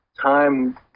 time